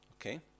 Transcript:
okay